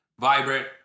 vibrant